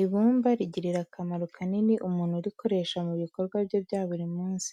Ibumba rigirira akamaro kanini umuntu urikoresha mu bikorwa bye bya buri munsi.